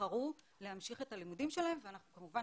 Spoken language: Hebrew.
בחרו להמשיך את הלימודים שלהם ואנחנו כמובן